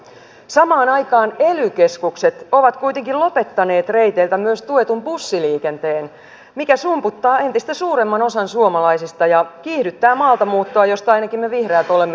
samaan aikaan ely keskukset ovat kuitenkin lopettaneet reiteiltä myös tuetun bussiliikenteen mikä sumputtaa entistä suuremman osan suomalaisista ja kiihdyttää maaltamuuttoa mistä ainakin me vihreät olemme huolissamme